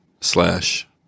slash